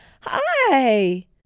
Hi